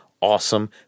awesome